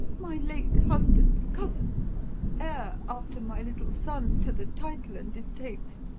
my late husband's cousin heir, after my little son, to the title and estates.